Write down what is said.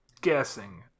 guessing